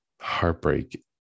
heartbreak